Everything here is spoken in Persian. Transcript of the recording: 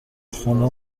خونه